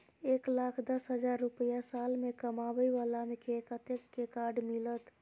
एक लाख दस हजार रुपया साल में कमाबै बाला के कतेक के कार्ड मिलत?